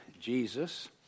Jesus